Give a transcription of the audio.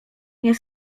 nie